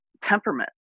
temperament